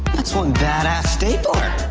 that's one badass stapler!